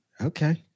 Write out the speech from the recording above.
Okay